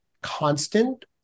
constant